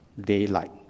Daylight